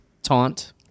Taunt